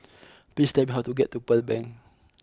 please tell me how to get to Pearl Bank